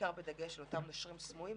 בעיקר בדגש על אותם נושרים סמויים.